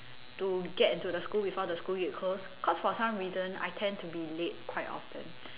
to get into the school before the school gate close cause for some reason I tend to be late quite often